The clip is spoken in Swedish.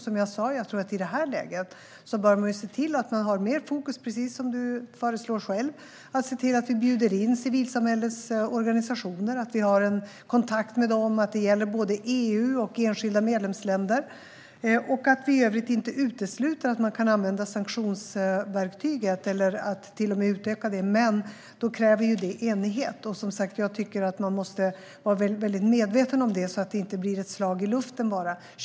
Som jag sa tror jag att man i det här läget bör se till att ha mer fokus, precis som du själv föreslår, på att se till att bjuda in civilsamhällets organisationer och ha kontakt med dem. Det gäller både EU och enskilda medlemsländer. I övrigt ska man inte utesluta att man kan använda sanktionsverktyget eller till och med utöka det. Men det kräver enighet. Jag tycker att man måste vara medveten om det så att det inte bara blir ett slag i luften.